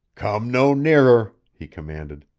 come no nearer, he commanded.